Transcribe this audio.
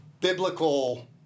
biblical